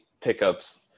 pickups